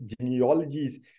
genealogies